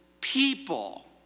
people